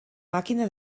màquina